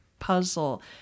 puzzle